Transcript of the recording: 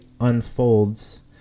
unfolds